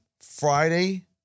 Friday